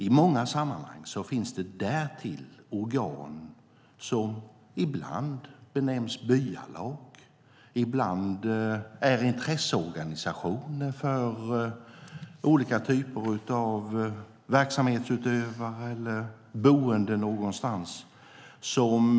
I många sammanhang finns det därtill andra organ som kan ha fått möjlighet att utöva beslut som påverkar utvecklingen i ett område eller för en grupp människor.